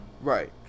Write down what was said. Right